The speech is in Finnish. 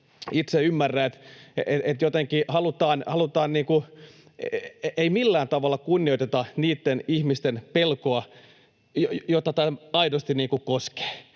itse ymmärrä, kun jotenkin ei millään tavalla kunnioiteta niitten ihmisten pelkoa, joita tämä aidosti koskee.